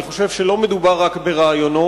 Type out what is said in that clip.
אני חושב שלא מדובר רק ברעיונות.